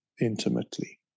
intimately